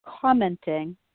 commenting